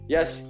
Yes